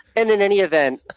and, in any event,